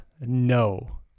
no